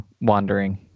wandering